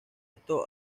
esto